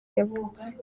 yavutse